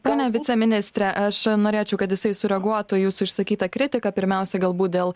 pone viceministre aš norėčiau kad jisai sureaguotų į jūsų išsakytą kritiką pirmiausiai galbūt dėl